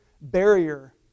barrier